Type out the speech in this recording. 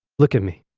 look at me.